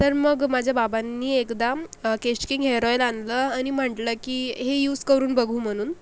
तर मग माझ्या बाबांनी एकदा केशकिंग हेअर ऑईल आणलं आणि म्हंटलं की हे यूस करून बघू म्हणून